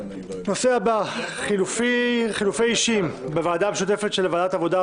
הנושא הבא חילופי אישים בוועדה המשותפת של ועדת העבודה,